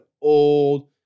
old